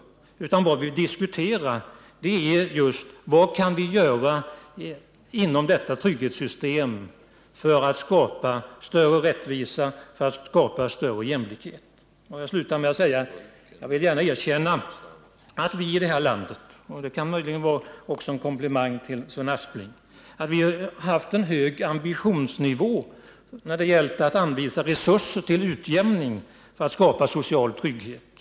Det vi diskuterar är vad vi inom detta trygghetssystem kan göra för att skapa större rättvisa och större jämlikhet. Jag vill gärna erkänna att vi i det här landet — det kan vara en komplimang till Sven Aspling — haft en hög ambitionsnivå när det gällt att anvisa resurser till utjämning för att skapa social trygghet.